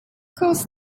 course